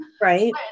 Right